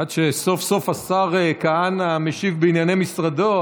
עד שסוף-סוף השר כהנא משיב בענייני משרדו,